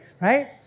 right